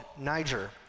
Niger